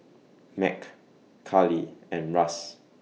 Mack Karli and Russ